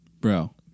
Bro